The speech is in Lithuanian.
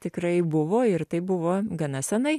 tikrai buvo ir tai buvo gana senai